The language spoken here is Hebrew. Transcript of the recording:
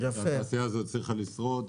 והתעשייה הזאת הצליחה לשרוד.